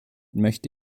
möchte